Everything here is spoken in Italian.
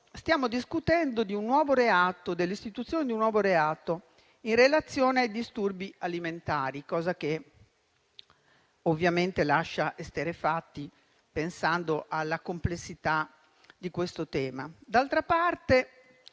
stiamo addirittura discutendo dell'istituzione di un nuovo reato in relazione ai disturbi alimentari, e ciò ovviamente lascia esterrefatti pensando alla complessità del tema. D'altra parte,